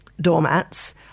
doormats